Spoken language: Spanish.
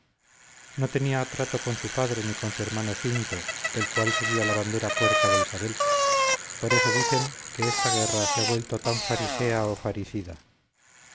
no tenía trato con su padre ni con su hermano cinto el cual seguía la bandera puerca de isabel por esto dicen que esta guerra se ha vuelto tan farisea o faricida